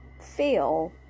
feel